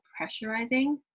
pressurizing